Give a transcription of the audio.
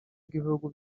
bw’ibihugu